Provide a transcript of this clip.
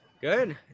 good